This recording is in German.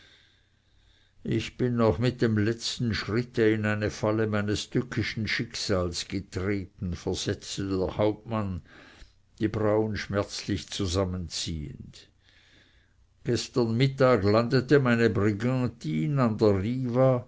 ich bin noch mit dem letzten schritte in eine falle meines tückischen schicksals getreten versetzte der hauptmann die brauen schmerzlich zusammenziehend gestern mittag landete meine brigantine an der riva